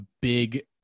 big